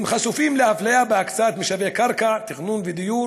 הם חשופים לאפליה בהקצאת משאבי קרקע, תכנון ודיור,